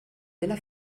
della